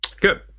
Good